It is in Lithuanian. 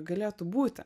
galėtų būti